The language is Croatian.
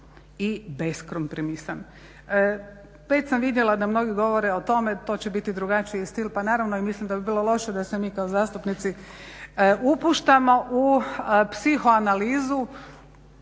i beskompromisan. Već sam vidjela da mnogi govore o tome, to će biti drugačiji stil. Pa naravno, mislim da bi bilo loše da se mi kao zastupnici upuštamo u psihoanalizu